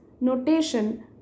notation